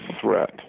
threat